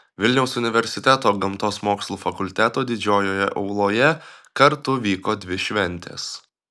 vilniaus universiteto gamtos mokslų fakulteto didžiojoje auloje kartu vyko dvi šventės